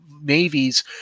navies